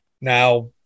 now